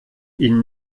ihn